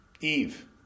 Eve